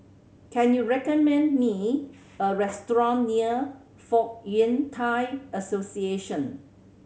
can you recommend me a restaurant near Fong Yun Thai Association